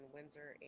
Windsor